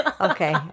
okay